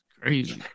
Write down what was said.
crazy